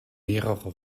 mehrere